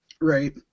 right